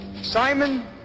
Simon